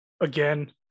again